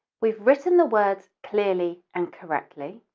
we've written the word clearly and correctly,